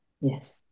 Yes